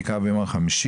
בעיקר ביום חמישי,